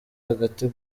hagati